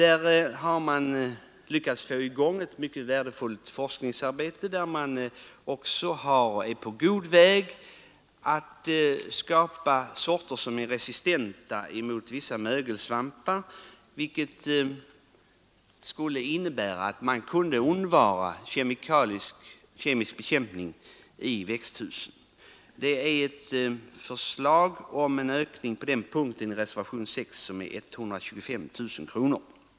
Man har lyckats få i gång ett mycket värdefullt forskningsarbete, och man är på god väg att skapa sorter som är resistenta mot vissa mögelsvampar, vilket skulle innebära att man kunde undvara kemisk bekämpning i växthusen. Reservanterna föreslår en ökning av anslaget på denna punkt med 125 000 kronor.